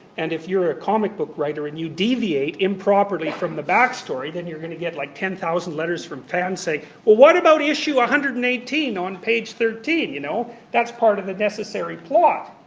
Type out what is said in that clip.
and if you're a comic book writer and you deviate improperly from the back-story then you're going to get like ten thousand letters from fans saying well what about issue one hundred and eighteen on page thirteen? you know that's part of the necessary plot.